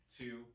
two